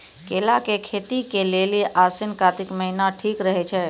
केला के खेती के लेली आसिन कातिक महीना ठीक रहै छै